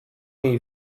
jej